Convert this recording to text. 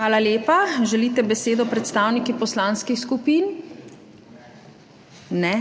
Hvala lepa. Želite besedo predstavniki poslanskih skupin? Ne.